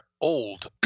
old